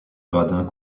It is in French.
gradins